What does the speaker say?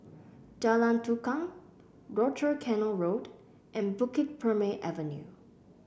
Jalan Tukang Rochor Canal Road and Bukit Purmei Avenue